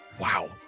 Wow